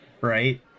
Right